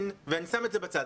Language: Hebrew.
ואני שם את זה בצד.